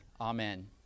Amen